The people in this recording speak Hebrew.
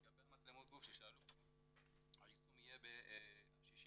לגבי מצלמות גוף, היישום יהיה ב-6.1.2019.